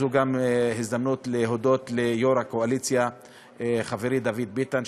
זו גם הזדמנות להודות ליו"ר הקואליציה חברי דוד ביטן,